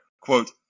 Quote